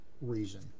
reason